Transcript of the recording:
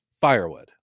firewood